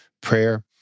prayer